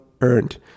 earned